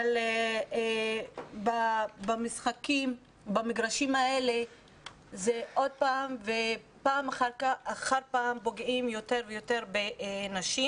אבל במגרשים האלה פעם אחר פעם פוגעים בנשים,